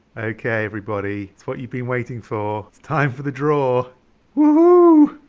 okay everybody it's what you've been waiting for time for the draw woohoo!